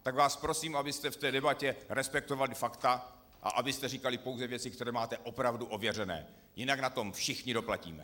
Tak vás prosím, abyste v debatě respektovali fakta a abyste říkali pouze věci, které máte opravdu ověřené, jinak na to všichni doplatíme.